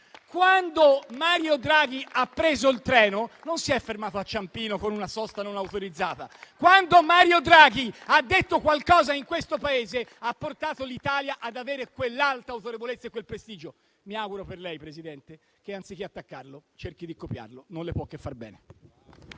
Quando Mario Draghi ha preso il treno e non si è fermato a Ciampino con una sosta non autorizzata. Quando Mario Draghi ha detto qualcosa in questo Paese, ha portato l'Italia ad avere quell'alta autorevolezza e quel prestigio. Mi auguro per lei, Presidente, che anziché attaccarlo cerchi di copiarlo. Non può che farle bene.